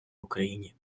україні